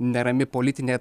nerami politinė